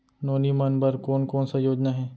नोनी मन बर कोन कोन स योजना हे?